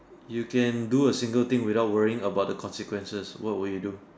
you can do a single thing without worrying about the consequences what will you do